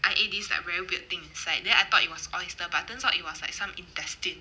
I ate this like very weird thing inside then I thought it was oyster but turns out it was like some intestine